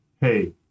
Hey